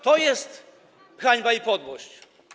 To jest hańba i podłość.